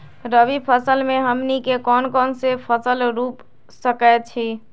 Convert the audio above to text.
रबी फसल में हमनी के कौन कौन से फसल रूप सकैछि?